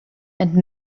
and